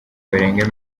barenga